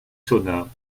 sonna